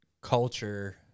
culture